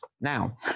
Now